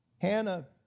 Hannah